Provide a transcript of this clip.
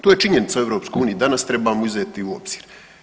To je činjenica u EU i danas, trebamo uzeti u obzir.